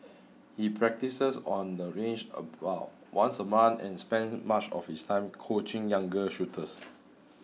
he practises on the range about once a month and spends much of his time coaching younger shooters